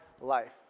life